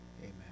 Amen